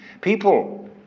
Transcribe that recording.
People